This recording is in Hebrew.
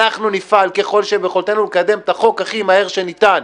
אנחנו נפעל ככל שביכולתנו כדי לקדם את החוק הכי מהר שניתן.